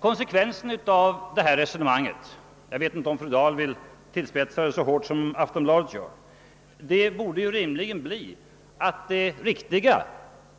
Konsekvensen av detta resonemang — jag vet inte om fru Dahl vill tillspetsa det så hårt som Aftonbladet gör — borde ju rimligen bli att det riktiga